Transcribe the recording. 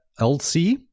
LC